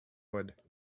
wood